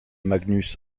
magnus